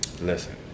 Listen